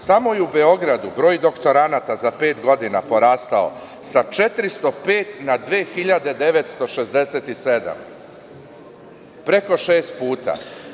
Samo je u Beogradu broj doktoranata za pet godina porastao sa 405 na 2.967, preko šest puta.